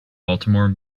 baltimore